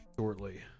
shortly